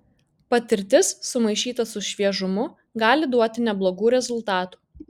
patirtis sumaišyta su šviežumu gali duoti neblogų rezultatų